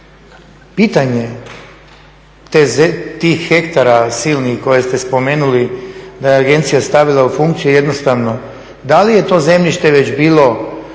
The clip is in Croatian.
Pitanje tih hektara silnih koje ste spomenuli da je agencija stavila u funkciju je jednostavno. Da li je to zemljište već bilo